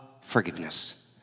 forgiveness